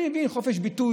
אני מבין חופש ביטוי,